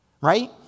Right